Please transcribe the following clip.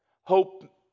hope